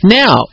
now